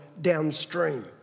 downstream